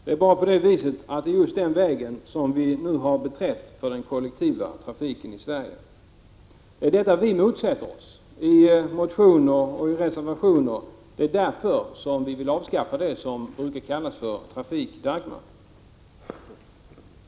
Tyvärr är det denna tredje väg som vi nu har beträtt för kollektivtrafiken i Sverige. Vi motsätter oss den i motioner och reservationer. Vi vill avskaffa det som brukar kallas för trafik-Dagmar.